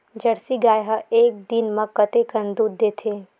Jersey गाय ह एक दिन म कतेकन दूध देथे?